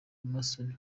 emmerson